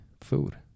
food